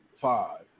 five